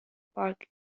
park